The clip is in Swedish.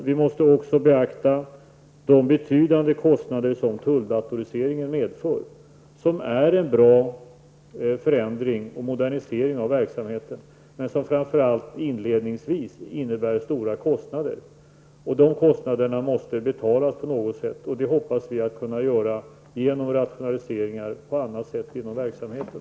Vi måste också beakta de betydande kostnader som tulldatoriseringen medför, som är en bra förändring och modernisering av verksamheten, men som framför allt inledningsvis innebär stora kostnader, och dessa kostnader måste betalas på något sätt. Det hoppas vi kunna göra genom rationaliseringar och på annat sätt inom verksamheten.